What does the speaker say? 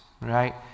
right